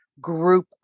group